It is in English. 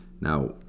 Now